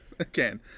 Again